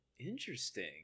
interesting